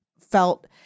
felt